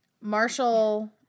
Marshall